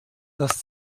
das